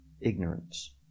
ignorance